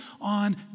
on